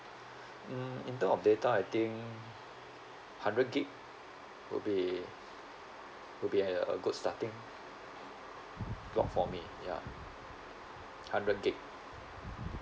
mm in term of data I think hundred gigabytes would be would be a a good starting block for me ya hundred gigabytes